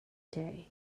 day